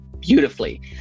beautifully